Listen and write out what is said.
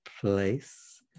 place